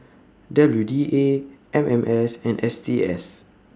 W D A M M S and S T S